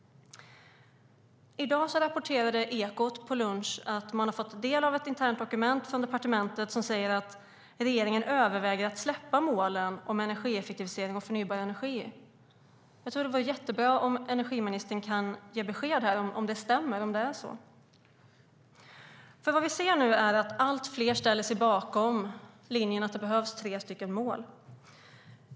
I dag vid lunch rapporterade Ekot att de har tagit del av ett internt dokument från departementet där det står att regeringen överväger att släppa målen om energieffektivisering och förnybar energi. Det vore jättebra om energiministern kunde ge besked om ifall det stämmer. Nu ser vi nämligen att allt fler ställer sig bakom linjen att det behövs tre mål.